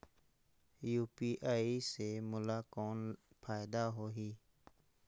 UPI से मोला कौन फायदा होही?